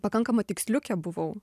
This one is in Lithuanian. pakankama tiksliukė buvau